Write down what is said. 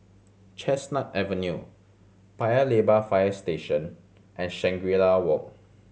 Chestnut Avenue Paya Lebar Fire Station and Shangri La Walk